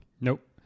Nope